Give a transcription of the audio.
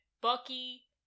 Bucky